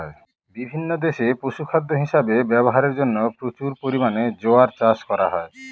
বিভিন্ন দেশে পশুখাদ্য হিসাবে ব্যবহারের জন্য প্রচুর পরিমাণে জোয়ার চাষ করা হয়